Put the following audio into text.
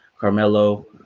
Carmelo